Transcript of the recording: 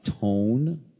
tone